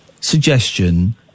suggestion